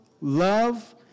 love